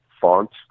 fonts